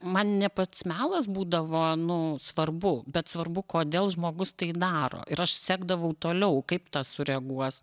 man ne pats melas būdavo nu svarbu bet svarbu kodėl žmogus tai daro ir aš sekdavau toliau kaip tas sureaguos